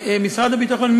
משרד הביטחון,